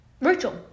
Rachel